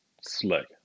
slick